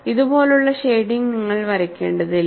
ഇതുപോലുള്ള ഷേഡിംഗ് നിങ്ങൾ വരയ്ക്കേണ്ടതില്ല